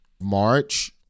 March